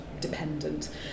dependent